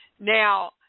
Now